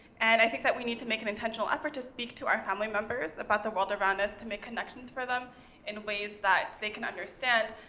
and i think that we need to make an intentional effort to speak to our family members about the world around us, to make connections for them in ways that they can understand,